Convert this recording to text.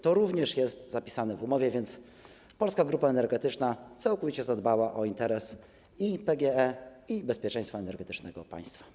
To również jest zapisane w umowie, więc Polska Grupa Energetyczna całkowicie zadbała o interes PGE i bezpieczeństwo energetyczne państwa.